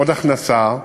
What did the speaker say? עוד הכנסה,